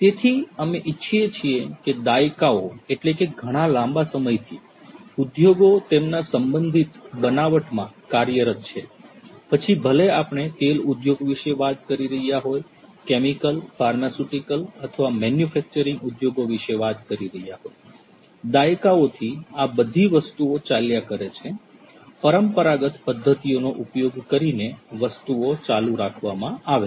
તેથી અમે ઇચ્છીએ છીએ કે દાયકાઓ ઘણા લાંબા સમયથી થી ઉદ્યોગો તેમના સંબંધિત બનાવટ માં કાર્યરત છે પછી ભલે આપણે તેલ ઉદ્યોગ વિશે વાત કરી રહ્યા હોઈ કેમિકલ ફાર્માસ્યુટિકલ અથવા મેન્યુફેક્ચરીંગ ઉદ્યોગો વિશે વાત કરી રહ્યા હોય દાયકાઓથી આ બધીવસ્તુઓ ચાલ્યા કરે છે પરંપરાગત પદ્ધતિઓનો ઉપયોગ કરીને વસ્તુઓ ચાલુ રાખવામાં આવે છે